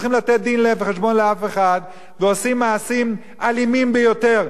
ועושים מעשים אלימים ביותר במסגרת החוק ובשם החוק,